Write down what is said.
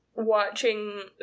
Watching